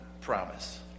promise